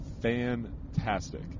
fantastic